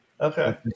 Okay